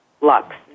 Lux